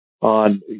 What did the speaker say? on